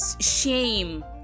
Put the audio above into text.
shame